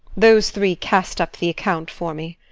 those three cast up the account for me.